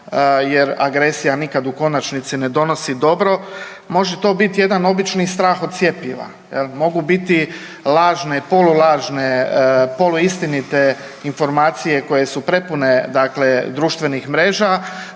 jer agresija nikad u konačnici ne donosi dobro. Može to bit jedan obični strah od cjepiva jel, mogu biti lažne, polulažne, poluistinite informacije koje su prepune dakle društvenih mreža,